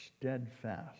steadfast